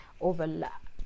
overlap